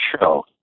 show